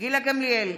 גילה גמליאל,